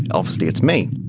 obviously it's me.